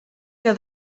era